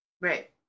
Right